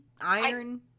iron